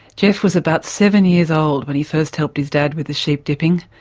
geoff was about seven years old when he first helped his dad with the sheep dipping.